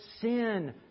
sin